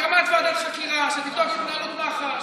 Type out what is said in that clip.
הקמת ועדת חקירה שתבדוק את התנהלות מח"ש,